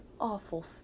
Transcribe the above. awful